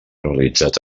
realitzat